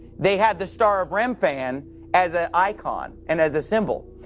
they had the star of remphan as an icon and as a symbol.